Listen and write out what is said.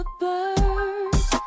birds